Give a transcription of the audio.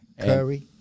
curry